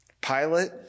Pilate